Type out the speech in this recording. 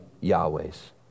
Yahweh's